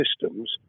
systems